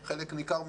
חוזרת.